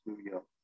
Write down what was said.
studio